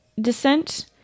descent